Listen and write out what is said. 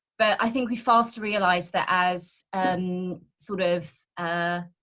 but i think we faster realize that as sort of. ah